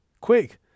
quick